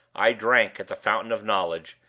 i drank at the fountain of knowledge,